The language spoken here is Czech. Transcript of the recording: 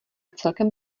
celkem